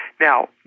Now